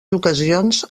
ocasions